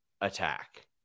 attack